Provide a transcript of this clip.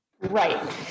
Right